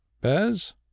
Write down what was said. bez